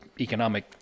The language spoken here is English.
economic